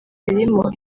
birimo